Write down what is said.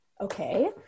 Okay